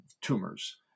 tumors